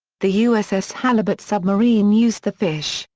the uss halibut submarine used the fish,